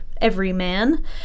everyman